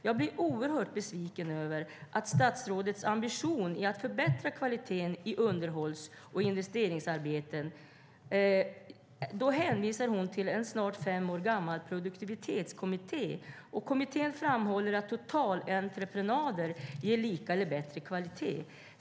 Jag blir oerhört besviken över statsrådets ambition när det gäller att förbättra kvaliteten i underhålls och investeringsarbeten. Hon hänvisar till en snart fem år gammal produktivitetskommitté. Kommittén framhåller att totalentreprenader ger lika eller bättre kvalitet.